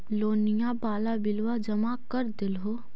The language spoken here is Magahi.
लोनिया वाला बिलवा जामा कर देलहो?